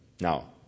Now